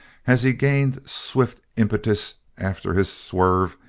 as he gained swift impetus after his swerve,